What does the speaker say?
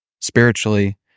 spiritually